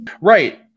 right